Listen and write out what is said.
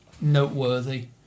noteworthy